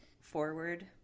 forward